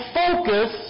focus